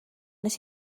nes